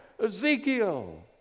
Ezekiel